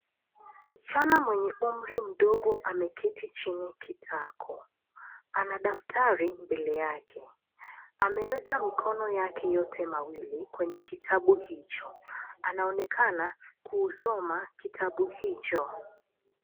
Msichana mwenye umri mdogo ameketi chini kitako, ana daftari mbele yake ameweka mikono yake yote mawili kwenye kitabu hicho. Anaonekana kusoma kitabu hicho.